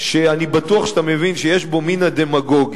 שאני בטוח שאתה מבין שיש בו מן הדמגוגיה,